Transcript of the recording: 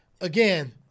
Again